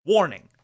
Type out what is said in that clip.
Warning